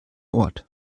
ort